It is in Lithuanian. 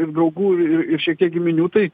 ir draugų ir ir šiek tiek giminių tai